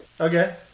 okay